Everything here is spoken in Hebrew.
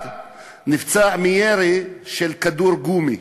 אחד נפצע מירי של כדור גומי,